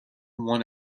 won